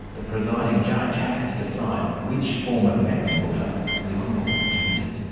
the presiding judge has to decide which form of manslaughter leon borthwick committed.